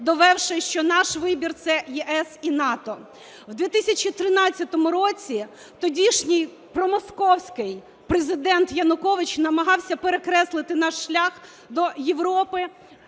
довівши, що наш вибір – це ЄС і НАТО. В 2013 році тодішній промосковський президент Янукович намагався перекреслити наш шлях до Європи,